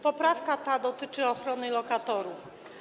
Poprawka ta dotyczy ochrony lokatorów.